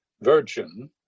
virgin